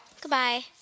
Goodbye